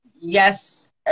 yes